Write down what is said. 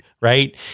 Right